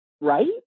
Right